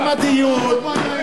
תם הדיון.